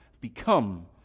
become